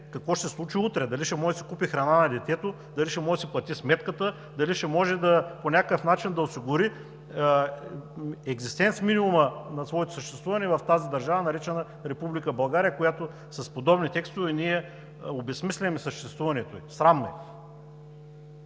какво ще се случи утре – дали ще може да си купи храна на детето, дали ще може да си плати сметката, дали ще може по някакъв начин да осигури екзистенцминимума на своето съществуване в тази държава, наречена Република България, на която с подобни текстове ние обезсмисляме съществуването ѝ?! Срамно е!